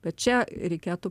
bet čia reikėtų